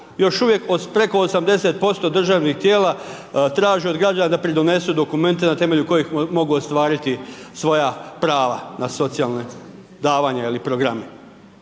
još uvijek od preko 80% državnih tijela traže od građana da pridonesu dokumente na temelju kojih mogu ostvariti svoja prava na socijalne davanja ili programe.